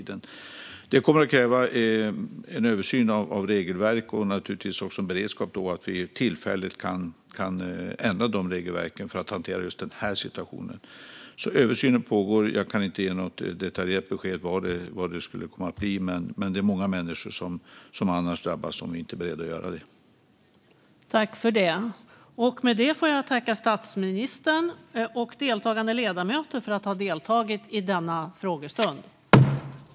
Detta kommer att kräva en översyn av regelverk och en beredskap så att vi tillfälligt kan ändra regelverken för att hantera situationen. Denna översyn pågår alltså. Jag kan inte ge ett detaljerat besked om vad det kan komma att bli, men det är många människor som drabbas om vi inte är beredda att göra detta.